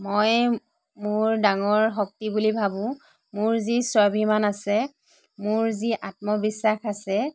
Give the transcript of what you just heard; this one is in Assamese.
মইয়ে মোৰ ডাঙৰ শক্তি বুলি ভাবোঁ মোৰ যি স্ৱাভিমান আছে মোৰ যি আত্মবিশ্বাস আছে